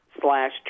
slash